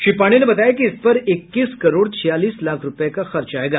श्री पांडेय ने बताया कि इस पर इक्कीस करोड़ छियालीस लाख रूपये का खर्च आयेगा